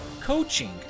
coaching